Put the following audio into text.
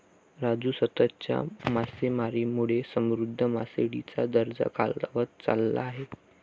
राजू, सततच्या मासेमारीमुळे समुद्र मासळीचा दर्जा खालावत चालला आहे